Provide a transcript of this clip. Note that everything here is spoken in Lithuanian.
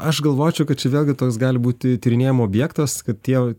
aš galvočiau kad čia vėlgi toks gali būti tyrinėjimo objektas kad tie